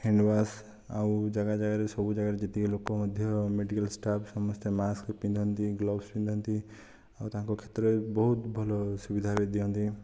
handwash ଆଉ ଜାଗା ଜାଗାରେ ସବୁ ଜାଗାରେ ଯେତିକି ଲୋକ ମଧ୍ୟ ମେଡ଼ିକାଲ୍ ସ୍ଟାଫ୍ ସମସ୍ତେ ମାସ୍କ୍ ପିନ୍ଧନ୍ତି ଗ୍ଳୋଭସ୍ ପିନ୍ଧନ୍ତି ଆଉ ତାଙ୍କ କ୍ଷେତ୍ରରେ ବହୁତ ଭଲ ସୁବିଧା ମଧ୍ୟ ଦିଅନ୍ତି